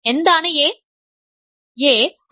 എന്താണ് A